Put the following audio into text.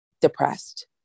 depressed